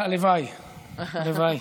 הלוואי, הלוואי.